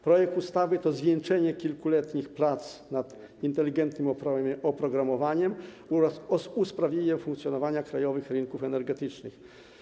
Projekt ustawy to zwieńczenie kilkuletnich prac nad inteligentnym oprogramowaniem oraz usprawnieniem funkcjonowania krajowych rynków energetycznych.